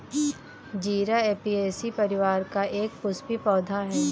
जीरा ऍपियेशी परिवार का एक पुष्पीय पौधा है